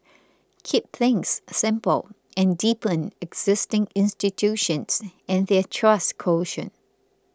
keep things simple and deepen existing institutions and their trust quotient